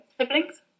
siblings